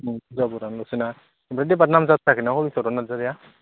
दुर्गा बर'आनोल'सै ना ओमफ्राय बारा नाम जाथ'वाखैना हलिचरन नार्जारिया